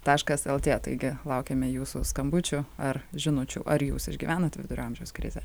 taškas lt taigi laukiame jūsų skambučių ar žinučių ar jūs išgyvenat vidurio amžiaus krizę